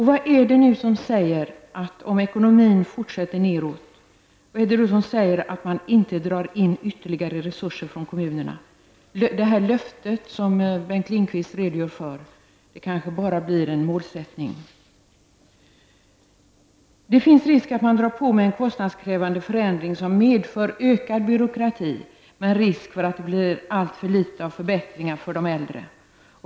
Vad är det som säger att man inte drar in ytterligare resurser från kommunerna om ekonomin fortsätter nedåt? Det löfte som Bengt Lindqvist redogjorde för kanske bara blir en målsättning. Det finns risk för att man drar i gång en kostnadskrävande förändring som medför ökad byråkrati med risk för att det blir alltför små förbättringar för de äldre.